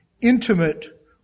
intimate